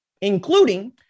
including